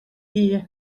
iyi